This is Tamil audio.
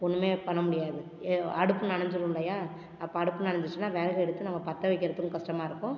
ஒன்றுமே பண்ண முடியாது அடுப்பு நனைஞ்சுரும் இல்லையா அப்போ அடுப்பு நனைஞ்சுருச்சுன்னா விறகு எடுத்து நம்ம பற்ற வைக்கிறதுக்கும் கஷ்டமாக இருக்கும்